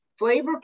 Flavorful